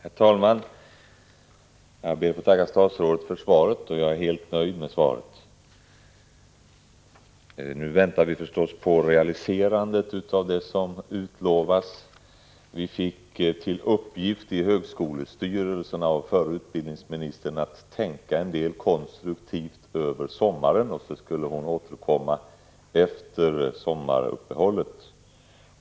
Herr talman! Jag ber att få tacka statsrådet för svaret. Jag är helt nöjd med det. Nu väntar vi förstås på realiserandet av det som utlovats. Vi inom högskolestyrelserna fick till uppgift av förra utbildningsministern att under sommaren tänka över möjligheterna till försöksverksamhet med frizoner. Utbildningsministern skulle sedan återkomma till frågan efter sommaruppehållet.